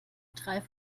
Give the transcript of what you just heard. drei